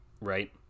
right